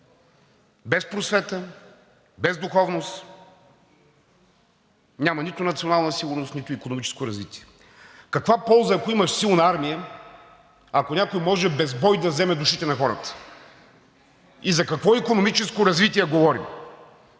без просвета, без духовност няма нито национална сигурност, нито икономическо развитие. Каква полза, ако имаш силна армия, ако някой може без бой да вземе душите на хората? И за какво икономическо развитие говорим,